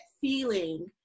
feeling